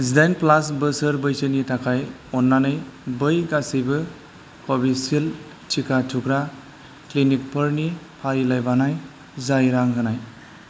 जिदाइन प्लास बोसोर बैसोनि थाखाय अन्नानै बै गासैबो कविसिल्द टिका थुग्रा क्लिनिकफोरनि फारिलाइ बानाय जाय रां होनाय